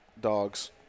dogs –